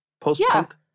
post-punk